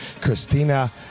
Christina